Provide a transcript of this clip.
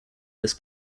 this